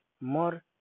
more